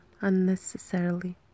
unnecessarily